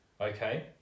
Okay